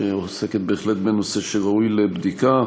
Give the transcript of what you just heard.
שעוסקת בהחלט בנושא שראוי לבדיקה,